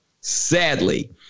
sadly